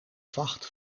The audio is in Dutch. vacht